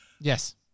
yes